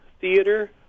theater